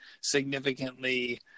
significantly